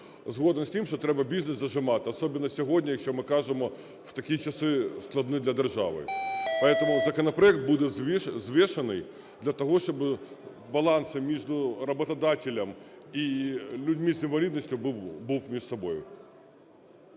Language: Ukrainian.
згоден з тим, що треба бізнес зажимати, особливо сьогодні, якщо ми сьогодні кажемо в такі часи складні для держави. Поэтому законопроект буде взвешенный для того, щоб баланс між работодателем і людьми з інвалідністю був між собою.